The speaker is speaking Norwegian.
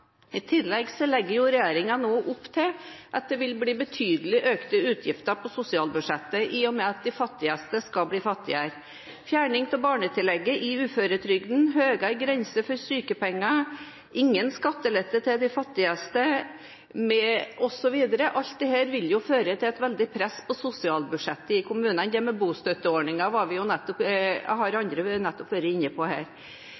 I tillegg legger regjeringen nå opp til betydelig økte utgifter på sosialbudsjettet, i og med at de fattigste skal bli fattigere. Fjerning av barnetillegget i uføretrygden, høyere grense for sykepenger, ingen skattelette til de fattigste, osv. – alt dette vil jo føre til et veldig press på sosialbudsjettet i kommunene. Bostøtteordningen har andre nettopp vært inne på her.